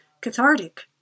cathartic